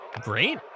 Great